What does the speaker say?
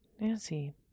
Nancy